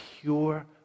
pure